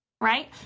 right